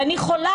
ועכשיו אני חולה,